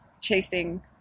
chasing